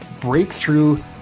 breakthrough